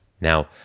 Now